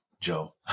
Joe